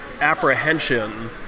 apprehension